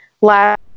last